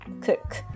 cook